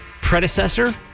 predecessor